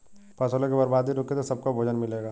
फसलों की बर्बादी रुके तो सबको भोजन मिलेगा